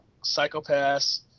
Psychopaths